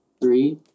three